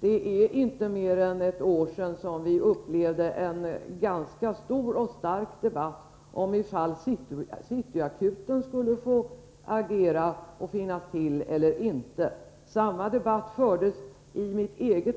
Det är inte mer än ett år sedan vi upplevde en ganska intensiv debatt om ifall City Akuten skulle få finnas till eller inte. En liknande debatt fördes i mitt eget län.